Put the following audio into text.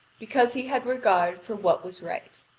because he had regard for what was right.